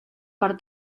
per